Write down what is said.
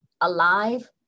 alive